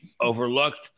overlooked